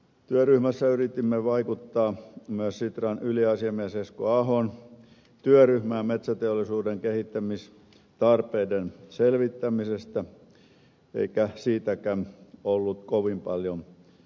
työryhmässä yritimme vaikuttaa myös sitran yliasiamiehen esko ahon työryhmään metsäteollisuuden kehittämistarpeiden selvittämisestä eikä siitäkään ollut kovin paljon hyötyä